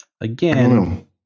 Again